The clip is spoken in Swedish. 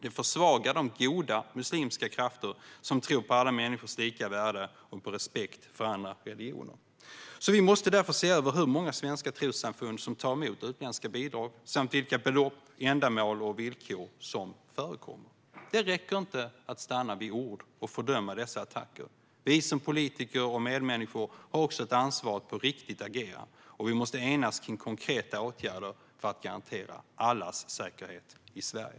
Det försvagar de goda muslimska krafter som tror på alla människors lika värde och på respekt för andra religioner. Vi måste därför se över hur många svenska trossamfund som tar emot utländska bidrag samt vilka belopp, ändamål och villkor som förekommer. Det räcker inte med att stanna vid ord och fördöma dessa attacker. Vi som politiker och medmänniskor har också ett ansvar att agera på riktigt, och vi måste enas om konkreta åtgärder för att garantera allas säkerhet i Sverige.